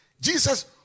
Jesus